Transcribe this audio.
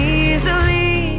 easily